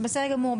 בסדר גמור,